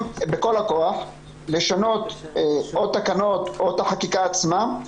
בכל הכוח לשנות או תקנות או את החקיקה עצמה.